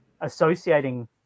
associating